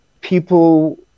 people